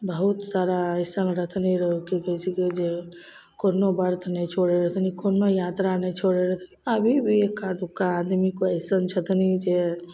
बहुत सारा एसन रहथिन रऽ की कहय छीकै जे कोनो व्रत नहि छोड़य रहथिन कोनो यात्रा नहि छोड़य रहथिन अभी भी एक्का दुक्का आदमी कोइ एसन छथनी जे